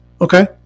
Okay